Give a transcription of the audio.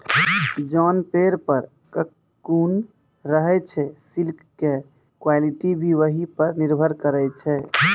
जोन पेड़ पर ककून रहै छे सिल्क के क्वालिटी भी वही पर निर्भर करै छै